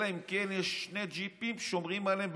אלא אם כן יש שני ג'יפים ששומרים עליהם,